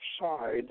side